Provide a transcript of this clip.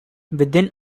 within